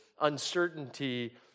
uncertainty